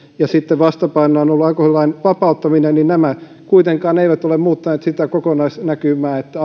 ja sitten vastapainona on ollut alkoholilain vapauttaminen niin nämä kuitenkaan eivät ole muuttaneet sitä kokonaisnäkymää että